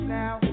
now